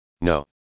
No